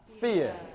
fear